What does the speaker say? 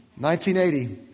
1980